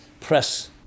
press